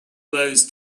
those